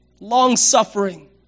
long-suffering